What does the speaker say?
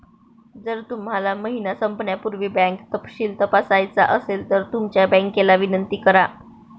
जर तुम्हाला महिना संपण्यापूर्वी बँक तपशील तपासायचा असेल तर तुमच्या बँकेला विनंती करा